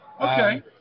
Okay